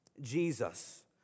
Jesus